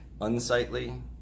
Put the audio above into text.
Unsightly